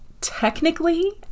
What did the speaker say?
technically